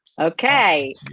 Okay